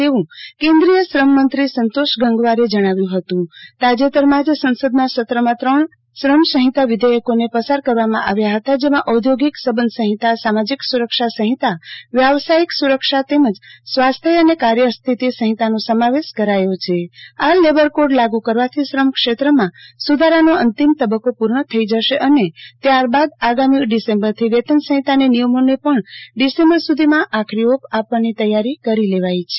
તેવું કેન્દ્રીય શ્રમમંત્રી સંતોષ ગંગવારે જણાવ્યું હતું તાજેતરમાં જ સંસદનાં સત્રમાં ત્રણ શ્રમસંફિતા વિધેયકોને પસાર કરવામાં આવ્યા હતા જેમાં ઔદ્યોગિક સંબંધસહિંતાસામાજિક સુરક્ષાસહિંતા વ્યાવસાયિક સુરક્ષા તેમજ સ્વાસ્થ્ય એને કાર્ય સ્થિતિ સહિતાનો સમાવેશ કરાયો છે આ લેબર ક્રોડ લાગુ કરવાથી શ્રમ ક્ષેત્રમાં સુધારાનો અંતિમ તબ્બકો પૂર્ણ થઇ જશે અને ત્યારબાદ આગામી ડીસેમ્બરથી વેતન સફિંતાનાં નિયમોને પણ ડીસેમ્બર સુધીમાં આખરી ઓપ આપવાની તૈયારી કરી લેવાઈ છે